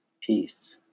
Peace